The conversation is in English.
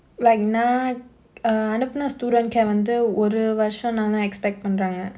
like not uh அனுப்புன:anuppuna student care வந்து ஒரு வருசந்தானா:vandhu oru varusanthaanaa expect பண்றாங்க:panraanga